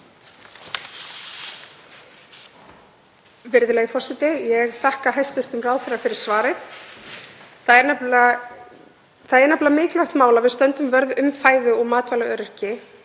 Virðulegi forseti. Ég þakka hæstv. ráðherra fyrir svarið. Það er nefnilega mikilvægt að við stöndum vörð um fæðu- og matvælaöryggi